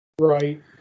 Right